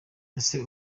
ese